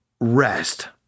rest